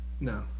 No